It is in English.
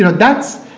you know that's,